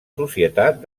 societat